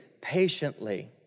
patiently